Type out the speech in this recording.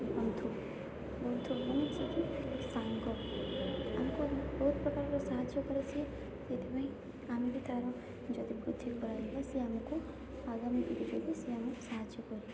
ବନ୍ଧୁ ବହୁତ ମାନେ ଯିଏ କି ସାଙ୍ଗ ଆମକୁ ବହୁତ ପ୍ରକାରର ସାହାଯ୍ୟ କରେ ସିଏ ସେଇଥିପାଇଁ ଆମେ ବି ତା'ର ଯଦି ବୃଦ୍ଧି କରାଇବା ସେ ଆମକୁ ଆଗାମୀ ପିଢ଼ିରେ ବି ସେ ଆମକୁ ସାହାଯ୍ୟ କରିବ